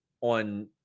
on